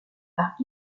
par